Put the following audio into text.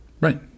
Right